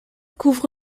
couvre